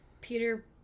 Peter